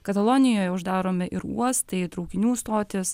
katalonijoje uždaromi ir uostai traukinių stotys